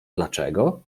dlaczego